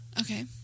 Okay